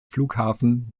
flughafen